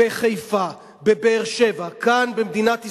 בחיפה, בבאר-שבע, כאן במדינת ישראל.